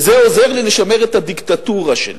וזה עוזר לי לשמר את הדיקטטורה שלי.